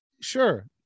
sure